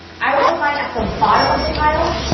i would put mine at the bottom of the pile,